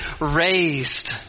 raised